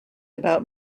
about